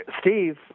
Steve